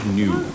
new